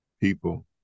people